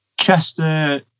Chester